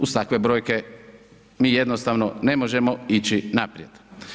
Uz takve brojke mi jednostavno ne možemo ići naprijed.